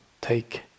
take